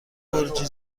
گرجی